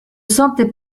sentais